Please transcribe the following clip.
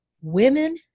women